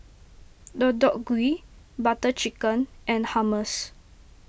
Deodeok Gui Butter Chicken and Hummus